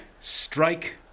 strike